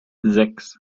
sechs